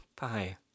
Bye